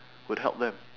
would help them